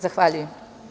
Zahvaljujem.